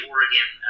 Oregon